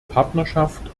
partnerschaft